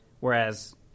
Whereas